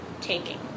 taking